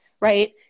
right